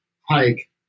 hike